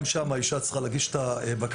גם שם האישה צריכה להגיש את הבקשה.